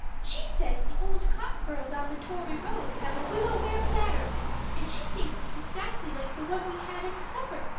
she says the old copp girls on the tory road have a willow-ware platter and she thinks it's exactly like the one we had at the supper.